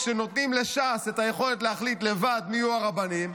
כשנותנים לש"ס את היכולת להחליט לבד מי יהיו הרבנים,